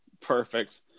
Perfect